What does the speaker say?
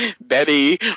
Betty